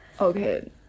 Okay